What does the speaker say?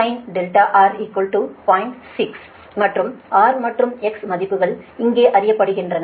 6 மற்றும் R மற்றும் X மதிப்புகள் இங்கே அறியப்படுகின்றன